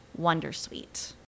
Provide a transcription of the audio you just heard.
wondersuite